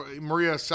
Maria